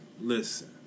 Listen